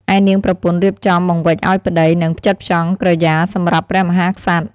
ឯនាងប្រពន្ធរៀបចំបង្វិចឱ្យប្តី និងផ្ចិតផ្ចង់ក្រយាសម្រាប់ព្រះមហាក្សត្រ។